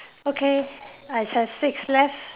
okay I have six left